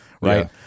right